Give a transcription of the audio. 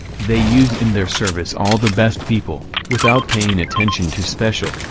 they use in their service all the best people, without paying attention to' special,